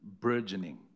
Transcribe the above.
burgeoning